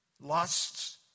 lusts